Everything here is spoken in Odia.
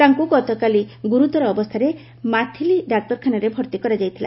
ତାଙ୍କୁ ଗତକାଲି ଗୁରୁତର ଅବସ୍ଥାରେ ମାଥିଲି ଡାକ୍ତରଖାନାରେ ଭର୍ତ୍ତି କରାଯାଇଥିଲା